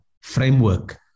framework